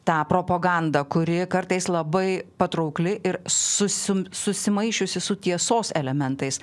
tą propagandą kuri kartais labai patraukli ir susi susimaišiusi su tiesos elementais